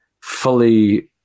fully